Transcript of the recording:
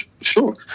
sure